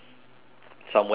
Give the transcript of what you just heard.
somewhere in between